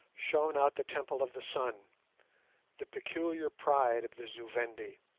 shone out the temple of the sun the peculiar pride of the zu-vendi,